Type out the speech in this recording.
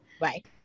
right